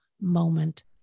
moment